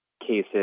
cases